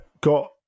got